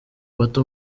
bato